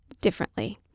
differently